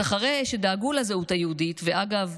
אז אחרי שדאגו לנו לזהות היהודית, אגב,